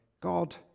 God